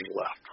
left